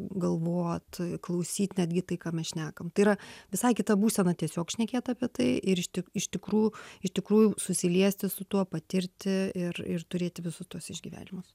galvot klausyt netgi tai ką mes šnekam tai yra visai kita būsena tiesiog šnekėt apie tai ir iš iš tikrų iš tikrųjų susiliesti su tuo patirti ir ir turėti visus tuos išgyvenimus